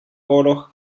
oorlog